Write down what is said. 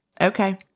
Okay